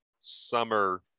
summer